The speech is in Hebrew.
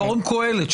פורום קהלת,